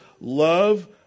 love